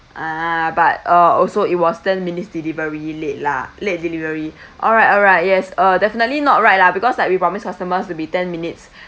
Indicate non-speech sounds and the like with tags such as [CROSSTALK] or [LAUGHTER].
ah but uh also it was ten minutes delivery late lah late delivery [BREATH] alright alright yes uh definitely not right lah because like we promise customers to be ten minutes [BREATH]